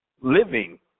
living